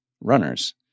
runners